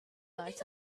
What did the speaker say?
night